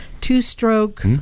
two-stroke